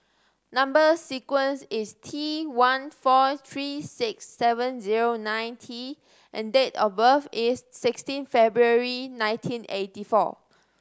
number sequence is T one four three six seven zero nine T and date of birth is sixteen February nineteen eighty four